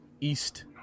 East